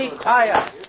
Fire